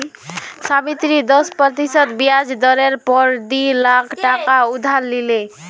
सावित्री दस प्रतिशत ब्याज दरेर पोर डी लाख टका उधार लिले